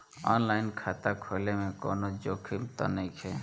आन line खाता खोले में कौनो जोखिम त नइखे?